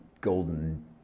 golden